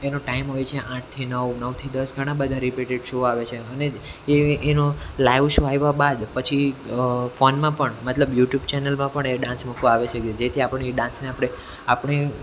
એનો ટાઈમ હોય છે આઠથી નવ નવથી દસ ઘણા બધા રિપીટેડ શો આવે છે અને એ એનો લાઈવ શો આવ્યા બાદ પછી ફોનમાં પણ મતલબ યુટ્યુબ ચેનલમાં પણ એ ડાન્સ મૂકવામાં આવે છે જેથી આપણે એ ડાન્સને આપણે આપણે